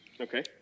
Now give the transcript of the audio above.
Okay